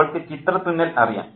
അവൾക്ക് ചിത്രത്തുന്നൽ അറിയാം